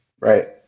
Right